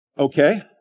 Okay